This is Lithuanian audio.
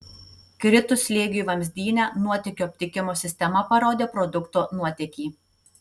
kritus slėgiui vamzdyne nuotėkių aptikimo sistema parodė produkto nuotėkį